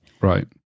Right